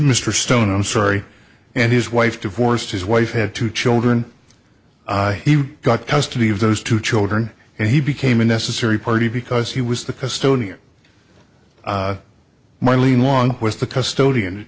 mr stone i'm sorry and his wife divorced his wife had two children i got custody of those two children and he became a necessary party because he was the custodian of my lien along with the custod